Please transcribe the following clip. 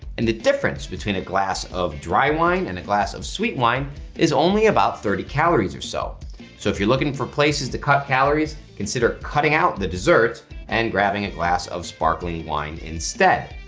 and the difference between a glass of dry wine and a glass of sweet wine is only about thirty calories or so. so if you're looking for places to cut calories consider cutting out the desserts and grabbing a glass of sparkling wine instead.